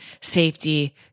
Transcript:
safety